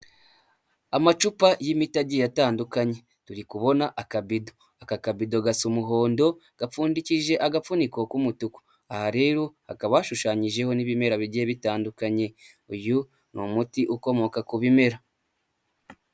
Amacupa y'imiti agiye atandukanye turi kubona akabido aka kabido gasa umuhondo gapfundikije agafuniko k'umutuku aha rero hakaba hashushanyijeho n'ibimera bigiye bitandukanye uyu ni umuti ukomoka ku bimera.